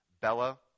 Bella